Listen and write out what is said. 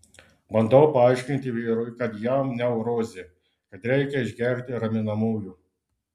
bandau paaiškinti vyrui kad jam neurozė kad reikia išgerti raminamųjų